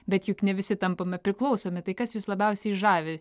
bet juk ne visi tampame priklausomi tai kas jus labiausiai žavi